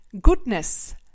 Goodness